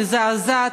המזעזעת,